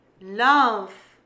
Love